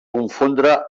confondre